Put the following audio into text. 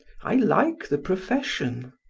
i like the profession.